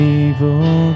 evil